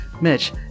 Mitch